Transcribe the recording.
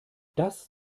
das